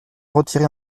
retiré